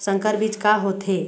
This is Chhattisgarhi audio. संकर बीज का होथे?